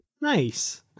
Nice